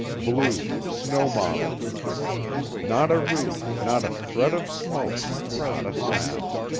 blue, snow-mottled not a roof, not a thread of smoke, not a sound.